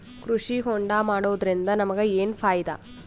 ಕೃಷಿ ಹೋಂಡಾ ಮಾಡೋದ್ರಿಂದ ನಮಗ ಏನ್ ಫಾಯಿದಾ?